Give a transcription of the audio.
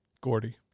Gordy